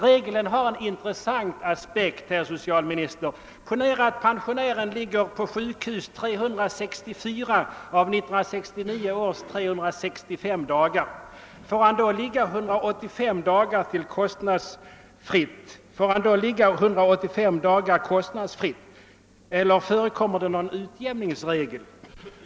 Regeln har också en intressant aspekt, herr socialminister. Ponera att pensionären ligger på sjukhus 364 av 1969 års 365 dagar. Får han då ligga 385 dagar kostnadsfritt, eller förekommer det någon utjämningsbestämmelse?